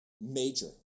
major